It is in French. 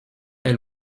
elle